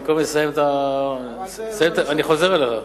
אני כבר מסיים, אני חוזר אליך.